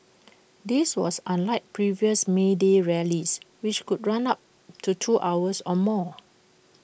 this was unlike previous may day rallies which could run up to two hours or more